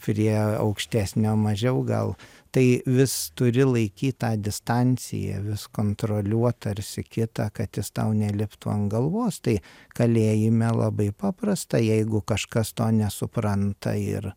prie aukštesnio mažiau gal tai vis turi laikyti tą distanciją vis kontroliuot tarsi kieta kad jis tau neliptų ant galvos tai kalėjime labai paprasta jeigu kažkas to nesupranta ir